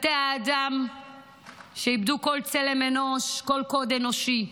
תתי-האדם שאיבדו כל צלם אנוש, כל קוד אנושי.